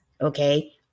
okay